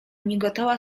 migotała